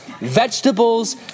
vegetables